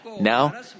Now